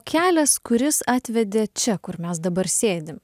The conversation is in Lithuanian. kelias kuris atvedė čia kur mes dabar sėdim